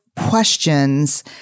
questions